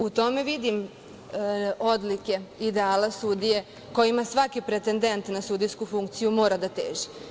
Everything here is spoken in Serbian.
U tome vidim odlike ideala sudije kojima svaki pretendent na sudijsku funkciju mora da teži.